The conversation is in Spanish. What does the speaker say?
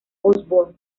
osborne